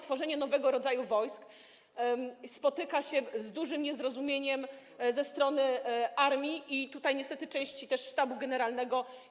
Tworzenie nowego rodzaju wojsk spotyka się z dużym niezrozumieniem ze strony armii i niestety też części Sztabu Generalnego.